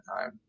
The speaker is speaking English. time